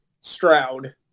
Stroud